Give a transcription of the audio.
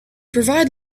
provide